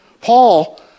Paul